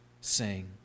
sing